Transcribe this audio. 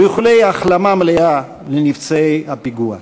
ואיחולי החלמה מלאה לפצועי הפיגוע.